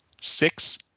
six